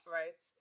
right